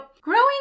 growing